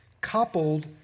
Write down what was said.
coupled